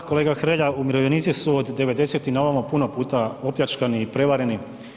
Da, kolega Hrelja, umirovljenici su od '90.-tih na ovamo puno puta opljačkani i prevareni.